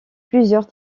plusieurs